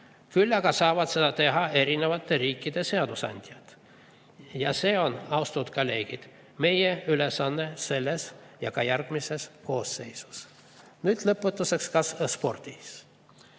Küll aga saavad seda teha erinevate riikide seadusandjad. Ja see on, austatud kolleegid, meie ülesanne selles ja järgmises koosseisus. Nüüd lõpetuseks spordist,